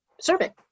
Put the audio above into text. survey